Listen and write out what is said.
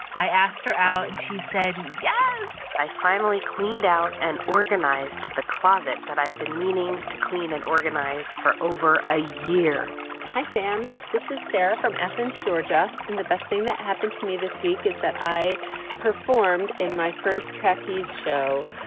i asked her out, and she said yes i finally cleaned out and organized the closet that i've been meaning to clean and organize for over a year hi, sam. this is sarah from athens, ga. and the best thing that happened to me this week is that i performed in my first trapeze show.